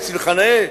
הרי צלך נאה,